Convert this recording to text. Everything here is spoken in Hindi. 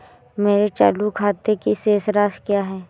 मेरे चालू खाते की शेष राशि क्या है?